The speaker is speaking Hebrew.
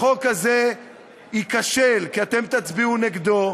החוק הזה ייכשל, כי אתם תצביעו נגדו,